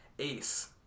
Ace